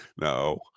No